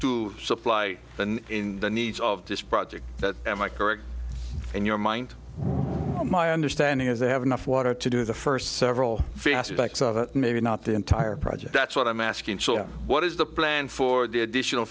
to supply in the needs of this project that am i correct in your mind my understanding is they have enough water to do the first several feet aspects of it maybe not the entire project that's what i'm asking what is the plan for the additional